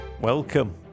Welcome